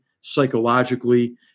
psychologically